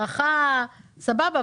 סבבה,